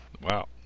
Wow